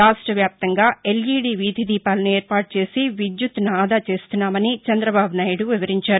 రాష్ట వ్యాప్తంగా ఎల్ఈదీ వీధి దీపాలను ఏర్పాటు చేసి విద్యుత్తును ఆదా చేస్తున్నామని చంద్రబాబు నాయుడు వివరించారు